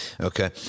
Okay